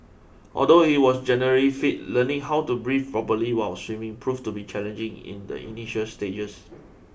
although he was generally fit learning how to breathe properly while swimming proved to be challenging in the initial stages